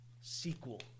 sequel